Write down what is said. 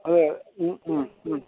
അതെ